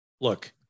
look